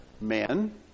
men